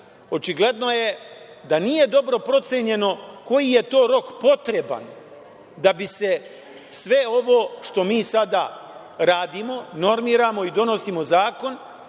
očigledno je da nije dobro procenjeno koji je to rok potreban da bi se sve ovo što mi sada radimo, normiramo i donosimo zakon,